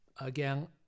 again